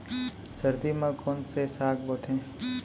सर्दी मा कोन से साग बोथे?